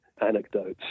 anecdotes